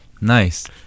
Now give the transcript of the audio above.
Nice